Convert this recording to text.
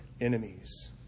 enemies